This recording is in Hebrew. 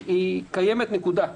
האחריות קיימת, נקודה.